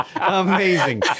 amazing